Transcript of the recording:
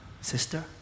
sister